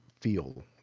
feel